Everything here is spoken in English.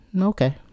okay